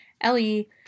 Ellie